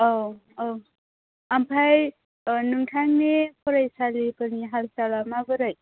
औ औ आमफ्राइ नोंथांनि फरायसालिफोरनि हाल सालआ माबोरै